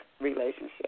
relationship